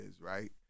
right